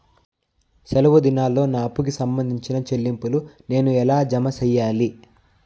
సెలవు దినాల్లో నా అప్పుకి సంబంధించిన చెల్లింపులు నేను ఎలా జామ సెయ్యాలి?